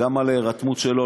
גם על ההירתמות שלו,